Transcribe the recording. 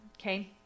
okay